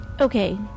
Okay